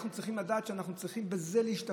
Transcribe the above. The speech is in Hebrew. אנחנו צריכים לדעת שבזה אנחנו צריכים להשתפר,